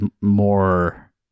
more